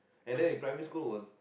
and then in primary school was